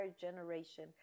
generation